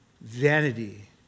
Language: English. vanity